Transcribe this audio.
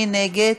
מי נגד?